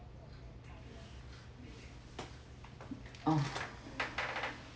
oh